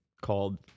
called